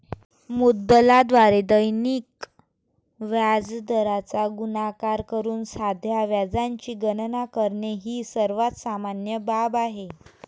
मुद्दलाद्वारे दैनिक व्याजदराचा गुणाकार करून साध्या व्याजाची गणना करणे ही सर्वात सामान्य बाब आहे